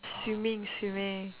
swimming swimming